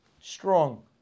strong